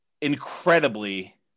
incredibly